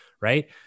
Right